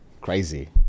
Crazy